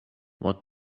what